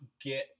get